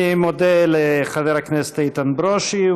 אני מודה לחבר הכנסת איתן ברושי,